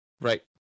right